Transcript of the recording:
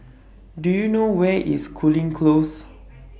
Do YOU know Where IS Cooling Close